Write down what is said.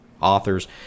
authors